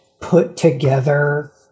put-together